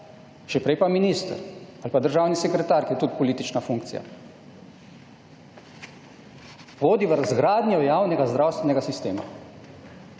še prej pa minister ali pa državni sekretar, ki je tudi politična funkcija, vodi v razgradnjo javnega zdravstvenega sistema.